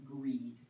greed